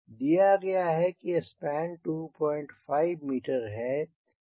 दिया गया है कि स्पेन 25 मीटर है